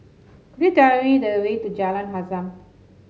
could you tell me the way to Jalan Azam